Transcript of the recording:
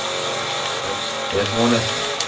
so that's but that's one estimate.